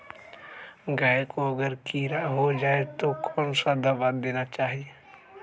गाय को अगर कीड़ा हो जाय तो कौन सा दवा देना चाहिए?